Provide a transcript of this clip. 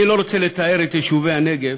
אני לא רוצה לתאר לי את יישובי הנגב,